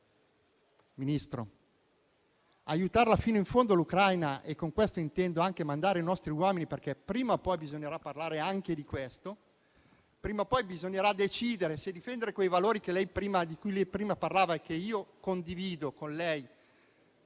di aiutare fino in fondo l'Ucraina. Con questo intendo anche mandare i nostri uomini, perché prima o poi bisognerà parlare anche di questo. Prima o poi bisognerà decidere se quei valori di cui lei prima parlava e che condivido siano